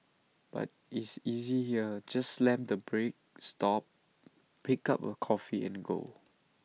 but is easy here just slam the brake stop pick A cup of coffee and go